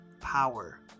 power